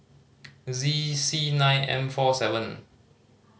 Z C nine M four seven